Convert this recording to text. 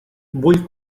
vull